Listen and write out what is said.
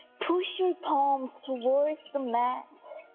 push your palms towards the mat